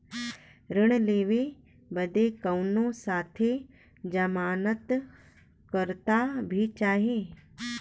ऋण लेवे बदे कउनो साथे जमानत करता भी चहिए?